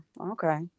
okay